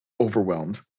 overwhelmed